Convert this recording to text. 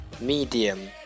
Medium